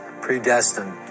predestined